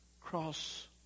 Cross